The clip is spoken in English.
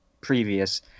previous